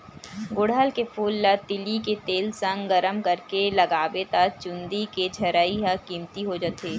गुड़हल के फूल ल तिली के तेल संग गरम करके लगाबे त चूंदी के झरई ह कमती हो जाथे